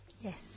Yes